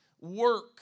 work